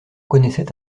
connaissait